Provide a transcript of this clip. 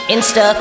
Insta